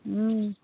हूँ